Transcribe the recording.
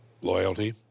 Loyalty